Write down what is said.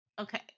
okay